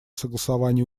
согласования